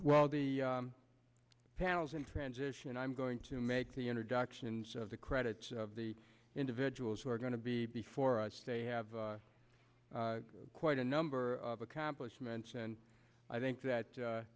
well the panels in transition i'm going to make the introductions of the credits of the individuals who are going to be before us they have quite a number of accomplishments and i think